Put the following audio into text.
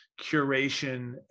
curation